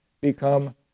become